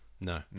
no